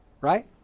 Right